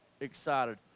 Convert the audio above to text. excited